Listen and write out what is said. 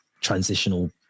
transitional